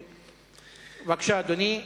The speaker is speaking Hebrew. בבקשה, אדוני.